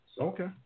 okay